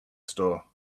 store